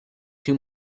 two